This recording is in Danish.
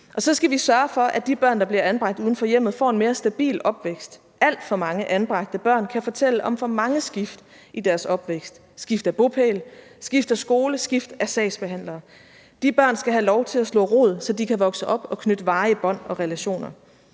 Og så skal vi sørge for, at de børn, der bliver anbragt uden for hjemmet, får en mere stabil opvækst. Alt for mange anbragte børn kan fortælle om for mange skift i deres opvækst: skift af bopæl, skift af skole, skift af sagsbehandlere. De børn skal have lov til at slå rod, så de kan vokse op og knytte varige bånd og relationer.